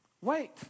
wait